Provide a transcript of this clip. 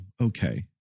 okay